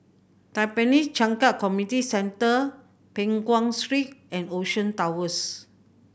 Tampines Changkat Community Centre Peng Nguan Street and Ocean Towers